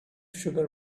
sugar